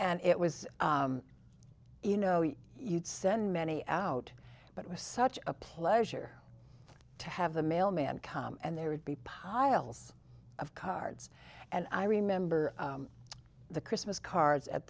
and it was you know you'd send many out but it was such a pleasure to have the mailman come and there would be piles of cards and i remember the christmas cards at